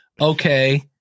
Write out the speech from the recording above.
okay